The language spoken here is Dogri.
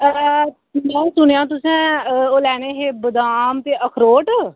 ते में सुनेआ तुसें ओह् लैने हे बदाम ते अखरोट